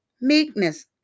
meekness